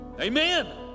Amen